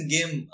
Game